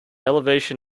elevation